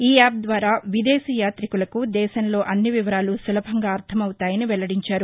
ఈ యాప్ ద్వారా విదేశీ యాతికులకు దేశంలో అన్ని వివరాలు సులభంగా అర్థం అవుతాయని వెల్లడించారు